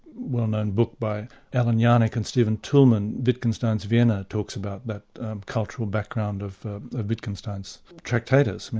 well-known book by allan janik and stephen toulmin, wittgenstein's vienna talks about that cultural background of of wittgenstein's tractatus,